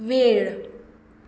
वेळ